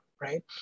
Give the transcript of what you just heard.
right